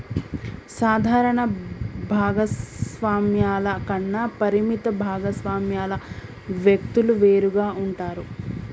సాధారణ భాగస్వామ్యాల కన్నా పరిమిత భాగస్వామ్యాల వ్యక్తులు వేరుగా ఉంటారు